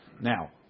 Now